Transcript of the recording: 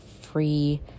free